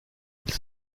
ils